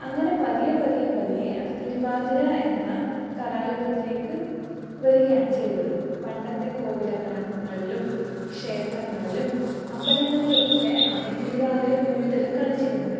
അങ്ങനെ പതിയെ പതിയെ പതിയെ അത് തിരുവാതിര എന്ന കലാരൂപത്തിലേക്ക് വരികയാണ് ചെയ്തത് പണ്ടത്തെ കോവിലകളങ്ങളിലും ക്ഷേത്രങ്ങളിലും അമ്പലങ്ങളിലുമൊക്കെ ആണ് ഈ തിരുവാതിര കൂടുതലും കളിച്ചിരുന്നത്